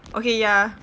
okay ya